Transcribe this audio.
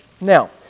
Now